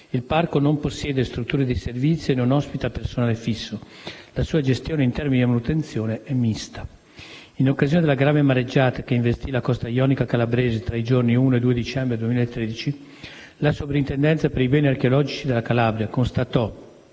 Il Parco non possiede strutture di servizio e non ospita personale fisso. La sua gestione in termini di manutenzione è mista. In occasione della grave mareggiata che investì la costa ionica calabrese tra i giorni 1° e 2 dicembre 2013, la Soprintendenza per i beni archeologici della Calabria constatò